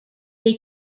des